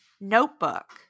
notebook